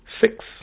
Six